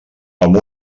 amb